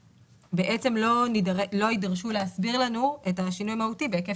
בעצם לא יידרשו להסביר לנו את השינוי המהותי בהיקף